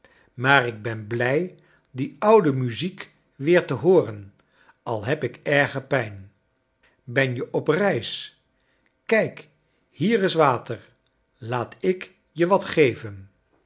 maar ik hen blij die oude muziek weer te hooren al heb ik erge pijn ben je op reis kijk hier is water laat ik je wat geven